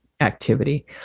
activity